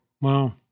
Wow